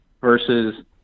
versus